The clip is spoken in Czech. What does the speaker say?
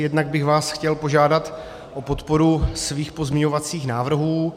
Jednak bych vás chtěl požádat o podporu svých pozměňovacích návrhů.